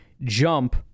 jump